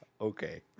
Okay